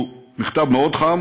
הוא מכתב מאוד חם.